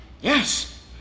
Yes